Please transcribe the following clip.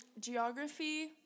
geography